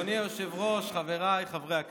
אדוני היושב-ראש, חבריי חברי הכנסת,